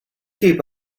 keep